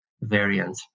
variant